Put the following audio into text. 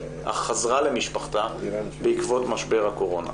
אך חזרה למשפחתה בעקבות משבר הקורונה.